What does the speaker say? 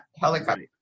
helicopter